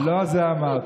לא את זה אמרת.